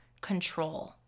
control